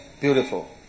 Beautiful